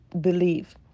believe